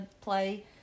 play